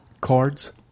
cards